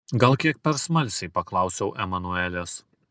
gal kiek per smalsiai paklausiau emanuelės